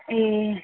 ए